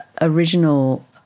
original